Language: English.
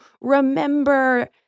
remember